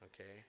okay